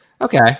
Okay